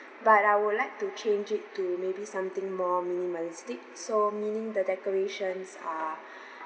but I would like to change it to maybe something more minimalistic so meaning the decorations ah